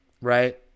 right